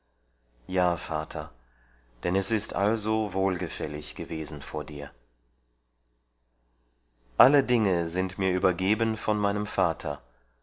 ja vater denn es ist also wohlgefällig gewesen vor dir alle dinge sind mir übergeben von meinem vater